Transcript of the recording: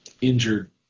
injured